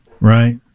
Right